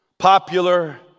Popular